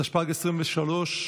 התשפ"ג 2023,